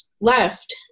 left